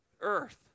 earth